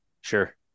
Sure